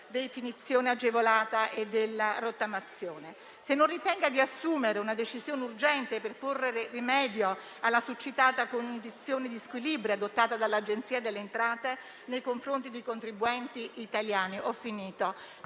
definizione agevolata o della rottamazione. Ho chiesto, inoltre, se non ritenga di assumere una decisione urgente per porre rimedio alla succitata condizione di squilibrio adottata dall'Agenzia delle entrate nei confronti dei contribuenti italiani. Queste